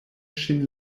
ŝin